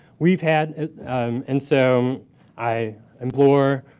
we've had and so i implore